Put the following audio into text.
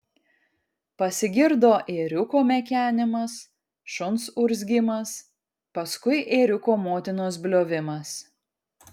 pasigirdo ėriuko mekenimas šuns urzgimas paskui ėriuko motinos bliovimas